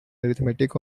arithmetic